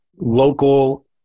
local